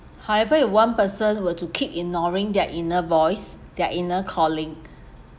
however if one person were to keep ignoring their inner voice their inner calling